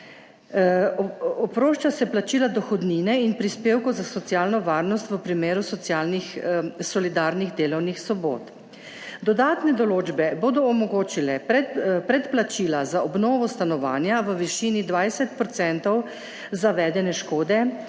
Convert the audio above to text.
Oprošča se plačila dohodnine in prispevkov za socialno varnost v primeru socialnih solidarnih delovnih sobot. Dodatne določbe bodo omogočile predplačila za obnovo stanovanja v višini 20 % zavedene škode